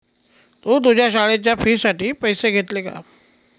तू तुझ्या शाळेच्या फी साठी पैसे घेतले का?